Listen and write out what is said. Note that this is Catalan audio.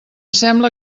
sembla